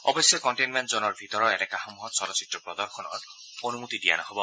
অৱশ্যে কনটেইনমেণ্ট জনৰ ভিতৰৰ এলেকাসমূহত চলচ্চিত্ৰ প্ৰদৰ্শনৰ অনুমতি দিয়া নহ'ব